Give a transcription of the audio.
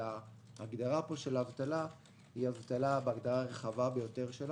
ההגדרה פה של אבטלה היא רחבה ביותר,